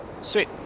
Sweet